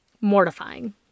mortifying